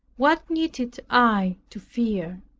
what needed i to fear?